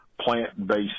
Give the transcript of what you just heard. plant-based